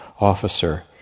officer